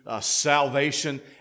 salvation